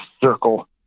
circle